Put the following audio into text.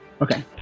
Okay